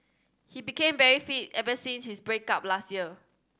he became very fit ever since his break up last year